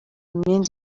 imyenda